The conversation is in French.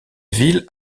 ville